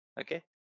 okay